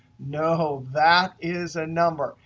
no, that is a number.